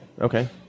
okay